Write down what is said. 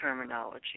terminology